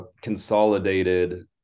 consolidated